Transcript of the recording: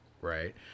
Right